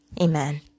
Amen